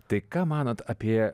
tai ką manot apie